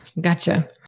Gotcha